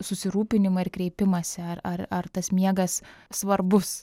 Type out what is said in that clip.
susirūpinimą ir kreipimąsi ar ar ar tas miegas svarbus